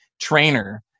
trainer